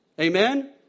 Amen